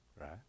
Right